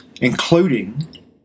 including